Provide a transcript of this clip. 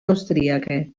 austriache